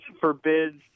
forbids